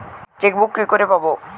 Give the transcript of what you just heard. Chequebook কি করে পাবো?